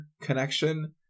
connection